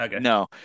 no